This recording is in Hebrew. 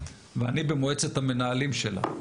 ואני במועצת המנהלים שלה,